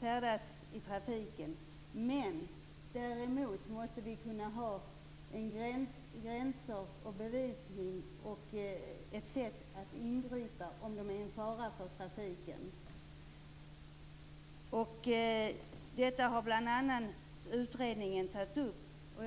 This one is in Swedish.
färdas i trafiken, men vi måste kunna ha gränser, bevisning och ett sätt att ingripa om de är en fara i trafiken. Utredningen har bl.a. tagit upp detta.